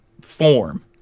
form